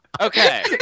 Okay